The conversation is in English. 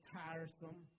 tiresome